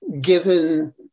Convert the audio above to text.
given